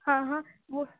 ہاں ہاں وہ